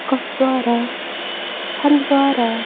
Kupwara Handwara